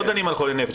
לא מדובר על חולה נפש.